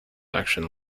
action